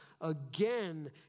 again